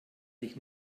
sich